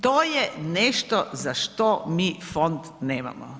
To je nešto za što mi fond nemamo.